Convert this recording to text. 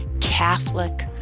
Catholic